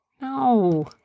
No